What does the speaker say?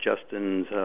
Justin's